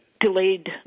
delayed